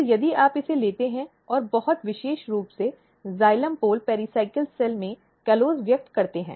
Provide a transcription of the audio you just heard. फिर यदि आप इसे लेते हैं और बहुत विशेष रूप से जाइलम पोल पेरिकाइक्लिक सेल में कॉलोस व्यक्त करते हैं